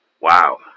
Wow